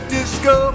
Disco